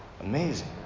amazing